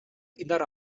indar